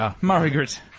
Margaret